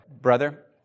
brother